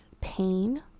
pain